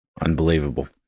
Unbelievable